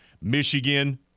Michigan